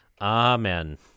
Amen